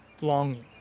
longing